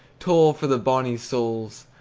toll, for the bonnie souls,